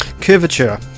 Curvature